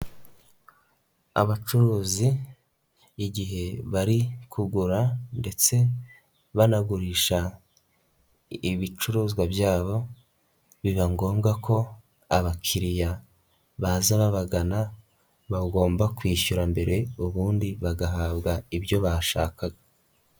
Abacuruzi igihe bari kugura ndetse banagurisha ibicuruzwa byabo, biba ngombwa ko abakiriya baza babagana bagomba kwishyura mbere, ubundi bagahabwa ibyo bashakaga.